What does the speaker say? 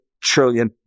trillion